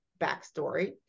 backstory